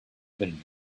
been